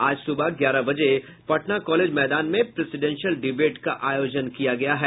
आज सुबह ग्यारह बजे पटना कॉलेज मैदान में प्रेसीडेंशियल डिबेट का आयोजन किया गया है